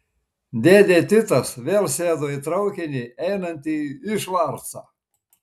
dėdė titas vėl sėdo į traukinį einantį į švarcą